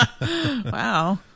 Wow